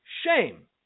shame